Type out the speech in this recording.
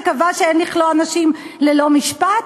שקבע שאין לכלוא אנשים ללא משפט?